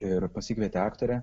ir pasikvietė aktorę